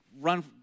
run